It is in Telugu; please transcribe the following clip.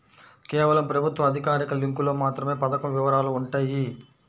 కేవలం ప్రభుత్వ అధికారిక లింకులో మాత్రమే పథకం వివరాలు వుంటయ్యి